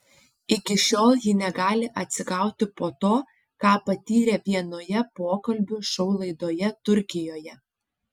iki šiol ji negali atsigauti po to ką patyrė vienoje pokalbių šou laidoje turkijoje